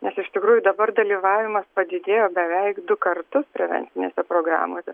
nes iš tikrųjų dabar dalyvavimas padidėjo beveik du kartus prevencinėse programose